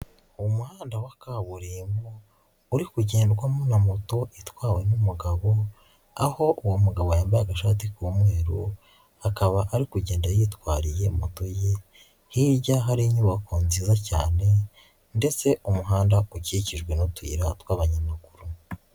Umuhanda wa kaburimbo uri kugendwamo na moto itwawe n'umugabo, aho uwo mugabo yambaye agashati k'umweru, akaba ari kugenda yitwariye moto ye, hirya hari inyubako nziza cyane ndetse umuhanda ukikijwe n'utuyira tw'abanyamaguru.